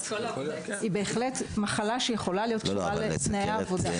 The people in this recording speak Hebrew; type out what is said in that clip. היא בהחלט מחלה שיכולה להיות קשורה לתנאי העבודה.